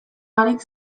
barik